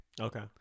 Okay